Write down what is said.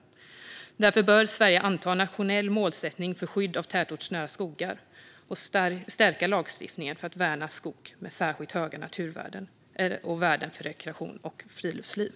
Sverige bör därför anta en nationell målsättning för skydd av tätortsnära skogar och stärka lagstiftningen för att värna skog med särskilt höga värden för rekreation och friluftsliv.